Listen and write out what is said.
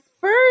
first